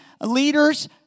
leaders